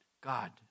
God